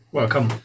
welcome